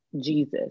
Jesus